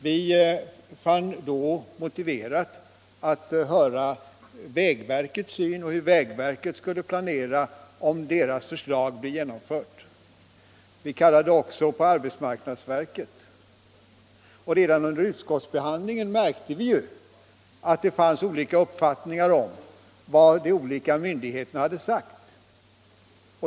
Vi fann det då motiverat att höra efter hur vägverket skulle planera om deras förslag gick igenom. Vi kallade också in representanter från arbetsmarknadsverket. Redan under utskottsbehandlingen märkte vi att det fanns olika uppfattningar om vad de olika myndigheterna hade sagt.